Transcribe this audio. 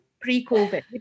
pre-covid